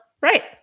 Right